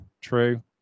true